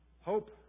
Hope